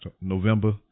November